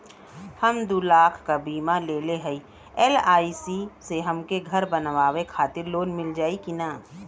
हम दूलाख क बीमा लेले हई एल.आई.सी से हमके घर बनवावे खातिर लोन मिल जाई कि ना?